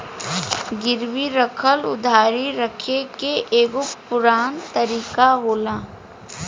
गिरवी राखल उधारी रखे के एगो पुरान तरीका होला